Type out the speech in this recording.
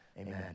Amen